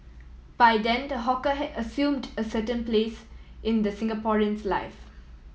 by then the hawker had assumed a certain place in the Singaporean's life